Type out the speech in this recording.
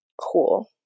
Cool